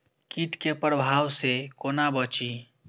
कीट के प्रभाव से कोना बचीं?